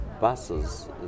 buses